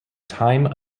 time